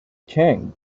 king